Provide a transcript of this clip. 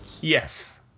Yes